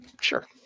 Sure